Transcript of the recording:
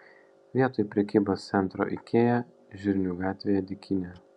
vietoj prekybos centro ikea žirnių gatvėje dykynė